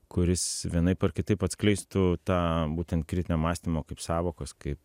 kuris vienaip ar kitaip atskleistų tą būtent kritinio mąstymo kaip sąvokos kaip